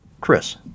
Chris